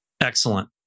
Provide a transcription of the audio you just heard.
Excellent